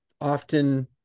often